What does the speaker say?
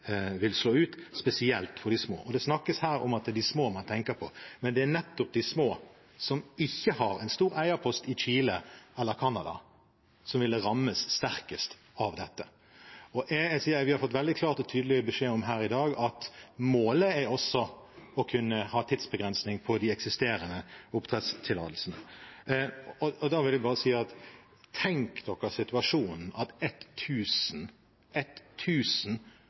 vil slå ut, spesielt for de små. Det snakkes her om at det er de små man tenker på, men det er nettopp de små, som ikke har en stor eierpost i Chile eller i Canada, som vil rammes sterkest av dette. Vi har fått veldig klar og tydelig beskjed her i dag om at målet er også å kunne ha tidsbegrensning for de eksisterende oppdrettstillatelsene. Da vil jeg bare si: Tenk dere situasjonen at